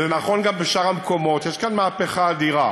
וזה גם נכון בשאר המקומות שיש כאן מהפכה אדירה.